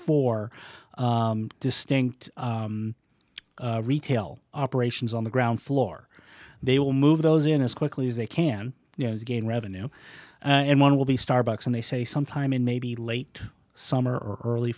four distinct retail operations on the ground floor they will move those in as quickly as they can you know again revenue and one will be starbucks and they say sometime in maybe late summer early